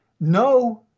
no